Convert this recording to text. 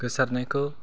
गोसारनायखौ